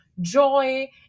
joy